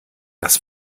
das